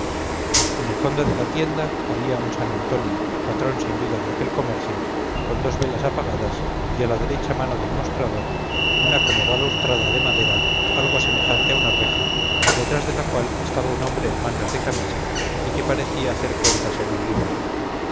en el fondo de la tienda había un san antonio patrón sin duda de aquel comercio con dos velas apagadas y a la derecha mano del mostrador una como balaustrada de madera algo semejante a una reja detrás de la cual estaba un hombre en mangas de camisa y que parecía hacer cuentas en un libro